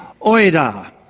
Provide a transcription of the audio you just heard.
oida